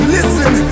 Listen